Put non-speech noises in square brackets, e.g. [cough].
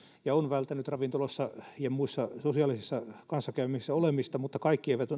ja on välttänyt ravintoloissa ja muissa sosiaalisissa kanssakäymisissä olemista mutta kaikki eivät [unintelligible]